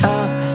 up